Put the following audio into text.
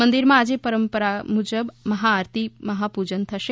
મંદિરમાં આજે પરંપરા મુજબ મહાઆરતી મહાપૂજા થશે